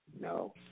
No